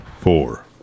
Four